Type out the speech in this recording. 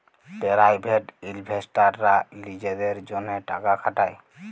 private ইলভেস্টাররা লিজেদের জ্যনহে টাকা খাটায়